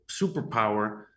superpower